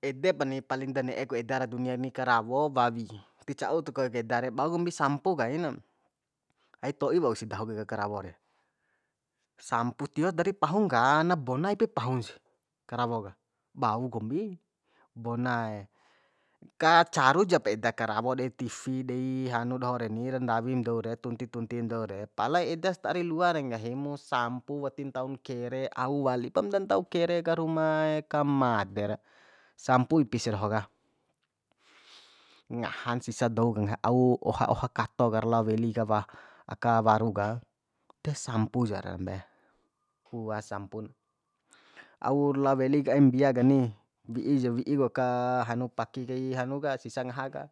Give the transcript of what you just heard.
Edepani paling da ne'e ku eda ra dunia ni karawo wawi ti caut ko eda re bau kombi sampu kaina ai to'i wausi dahu kai karawo re sampu tio dari pahun ka na bona ipi pahun sih karawo ka bau kombi bonae kacaru jap eda karawo dei tivi dei hanu doho reni ra ndawim dou re tunti tuntim dou re pala edas ta ari lua de nggahi mu sampu ti ntaun kere au walipam dan ntau kere ka rumaee ka madera sampu ipis sia doho ka ngahan sisa dou ka au oha oha kato ra lao weli ka wah aka warung ka de sampuja rambe puas sampun uar lao welik aim mbia kani wi'i ja wi'ik aka hanu paki kai hanu ka sisa ngaha ka